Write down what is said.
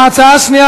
ההצעה השנייה,